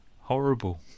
horrible